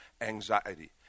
anxiety